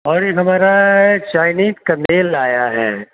और एक हमारा चाइनीज का बेल आया है